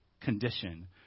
condition